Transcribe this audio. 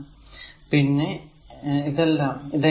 a a R a R a പിന്നെ r a a പിന്നെ a R a Rc a a